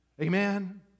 Amen